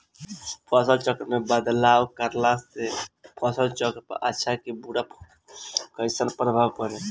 फसल चक्र मे बदलाव करला से फसल पर अच्छा की बुरा कैसन प्रभाव पड़ी?